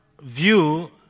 view